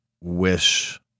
wish